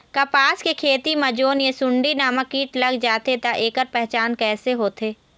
कपास के खेती मा जोन ये सुंडी नामक कीट लग जाथे ता ऐकर पहचान कैसे होथे?